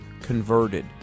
converted